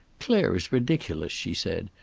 clare is ridiculous, she said.